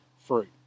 fruit